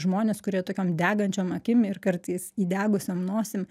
žmonės kurie tokiom degančiom akim ir kartais įdegusiom nosim